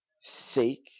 Seek